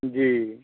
जी